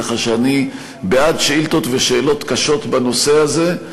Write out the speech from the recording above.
כך שאני בעד שאילתות ושאלות קשות בנושא הזה.